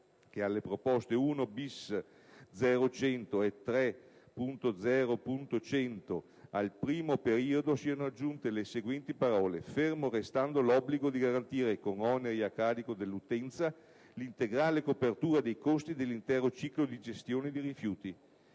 che alle proposte l-*bis*.0.100 e 3.0.100, al primo periodo, siano aggiunte le seguenti parole: "fermo restando l'obbligo di garantire, con oneri a carico dell'utenza, l'integrale copertura dei costi dell'intero ciclo di gestione dei rifiuti".